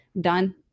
Done